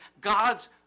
God's